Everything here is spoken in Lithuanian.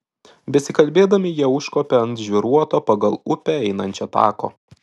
besikalbėdami jie užkopė ant žvyruoto pagal upę einančio tako